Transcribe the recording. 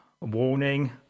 warning